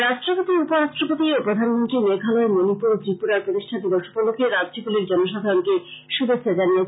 রাট্টপতি উপরাষ্ট্রপতি ও প্রধানন্ত্রী মেঘালয় মনিপুর ও ত্রিপুরার প্রতিষ্ঠা দিবস উপলক্ষ্যে রাজ্যগুলির জনসাধারণকে শুভেচ্ছা জানিয়েছেন